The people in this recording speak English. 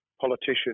politician